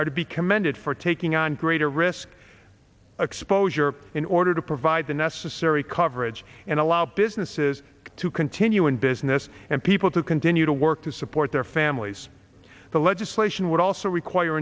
are to be commended for taking on greater risk exposure in order to provide the necessary coverage and allow businesses to continue in business and people to continue to work to support their families the legislation would also require